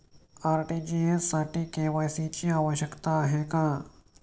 RTGS साठी KYC ची आवश्यकता आहे का?